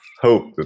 hope